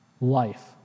life